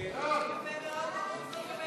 סעיף תקציבי 52,